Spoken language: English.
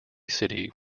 city